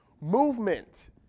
Movement